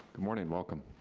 morning, welcome.